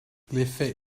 l’effet